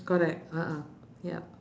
correct a'ah yup